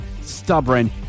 stubborn